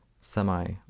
semi